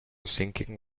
sinking